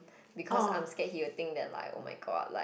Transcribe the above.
because I'm scared he will think that like oh-my-god like